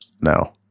No